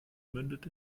mündet